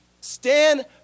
Stand